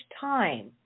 time